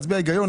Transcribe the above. להצביע היגיון,